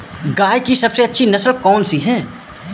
गाय की सबसे अच्छी नस्ल कौनसी है?